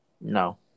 No